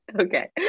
Okay